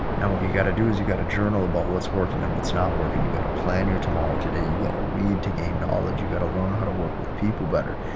and what you got to do is you got to journal about what's working and what's not working and you got to plan your tomorrow today you got to read to gain knowledge you got to learn how to work with people better.